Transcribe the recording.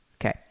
Okay